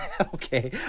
okay